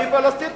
בפלסטין,